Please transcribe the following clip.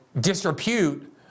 disrepute